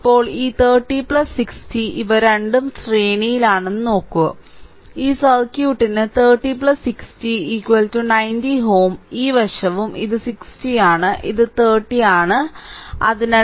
ഇപ്പോൾ ഈ 30 60 ഇവ രണ്ടും ശ്രേണിയിലാണെന്ന് നോക്കൂ ഈ സർക്യൂട്ടിന് 30 60 90 Ω ഈ വശവും ഇത് 60 ആണ് ഇത് 30 ആണ് അതിനാൽ 60 30 90